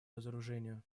разоружению